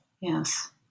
Yes